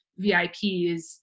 VIPs